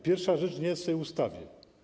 Pierwsza rzecz nie jest w tej ustawie.